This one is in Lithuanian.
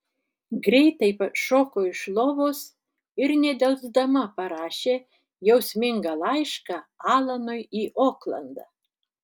greitai šoko iš lovos ir nedelsdama parašė jausmingą laišką alanui į oklandą